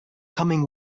coming